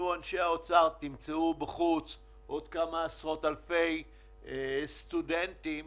יהיו בחוץ כמה עשרות אלפי סטודנטים